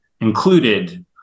included